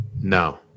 No